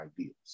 ideas